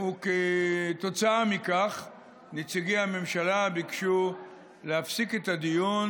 וכתוצאה מכך נציגי הממשלה ביקשו להפסיק את הדיון